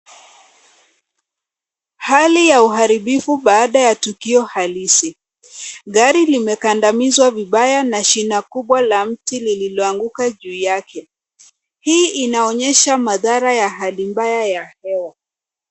Hali ya uharibifu baada ya tukio halisi. Gari limekandamizwa vibaya na shina kubwa la mti lililoanguka juu yake. Hii inaonyesha madhara ya hali mbaya ya hewa.